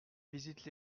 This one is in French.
visite